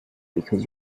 because